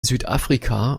südafrika